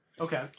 Okay